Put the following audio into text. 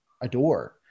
adore